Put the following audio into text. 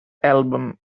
album